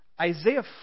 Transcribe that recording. Isaiah